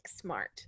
smart